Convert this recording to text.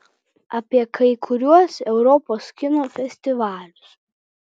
apie kai kuriuos europos kino festivalius